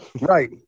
right